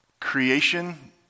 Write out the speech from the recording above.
Creation